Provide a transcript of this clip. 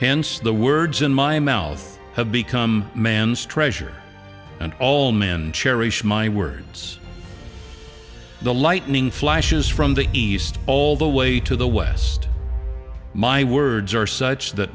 hence the words in my mouth have become man's treasure and all men cherish my words the lightning flashes from the east all the way to the west my words are such that